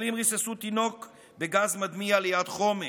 מתנחלים ריססו תינוק בגז מדמיע ליד חומש,